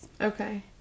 Okay